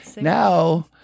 Now